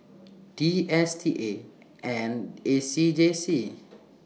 D S T A and A C J C